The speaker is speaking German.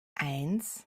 eins